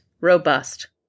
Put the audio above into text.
robust